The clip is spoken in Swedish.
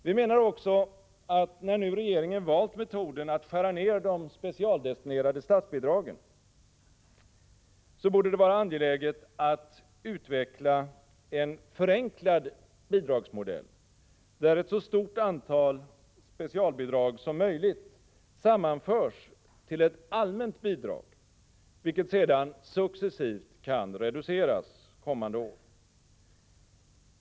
Vi menar också att när nu regeringen valt metoden att skära ned de specialdestinerade statsbidragen, borde det vara angeläget att utveckla en förenklad bidragsmodell, där ett så stort antal specialdestinerade statsbidrag som möjligt sammanförs till ett allmänt bidrag, vilket sedan successivt kan reduceras kommande år.